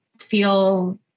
feel